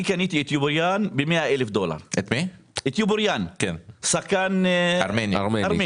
אני קניתי את יבוריאן ב-100,000 דולר, שחקן ארמני.